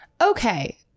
Okay